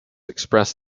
expressed